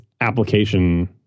application